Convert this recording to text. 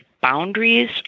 boundaries